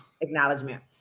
acknowledgement